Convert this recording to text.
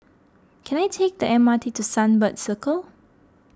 can I take the M R T to Sunbird Circle